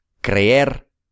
Creer